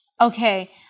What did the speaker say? Okay